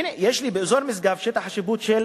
הנה, יש לי, באזור משגב, שטח השיפוט של